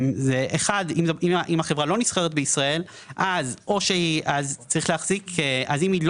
ב-(1) אם החברה לא נסחרת בישראל, אם הוא לא